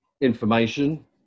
information